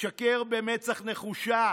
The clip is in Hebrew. משקר במצח נחושה: